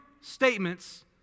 statements